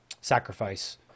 sacrifice